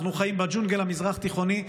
אנחנו חיים בג'ונגל המזרח תיכוני,